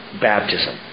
baptism